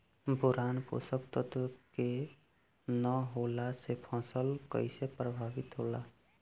Boron पोषक तत्व के न होला से फसल कइसे प्रभावित होला?